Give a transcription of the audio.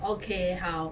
okay 好